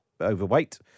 overweight